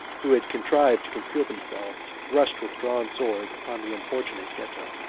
who had contrived to conceal themselves, rushed with drawn swords upon the unfortunate geta.